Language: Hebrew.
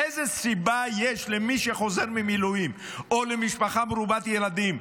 איזו סיבה יש שמי שחוזר ממילואים או ממשפחה מרובת ילדים,